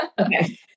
Okay